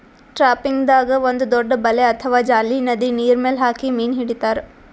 ಟ್ರಾಪಿಂಗ್ದಾಗ್ ಒಂದ್ ದೊಡ್ಡ್ ಬಲೆ ಅಥವಾ ಜಾಲಿ ನದಿ ನೀರ್ಮೆಲ್ ಹಾಕಿ ಮೀನ್ ಹಿಡಿತಾರ್